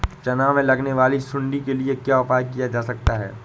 चना में लगने वाली सुंडी के लिए क्या उपाय किया जा सकता है?